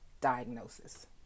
diagnosis